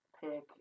pick